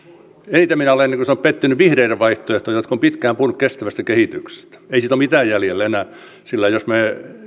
eniten minä olen pettynyt vihreiden vaihtoehtoon jotka ovat pitkään puhuneet kestävästä kehityksestä ei siitä ole mitään jäljellä enää sillä jos me